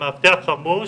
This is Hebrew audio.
שלמאבטח חמוש